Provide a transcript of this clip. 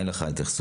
אין לך התייחסות.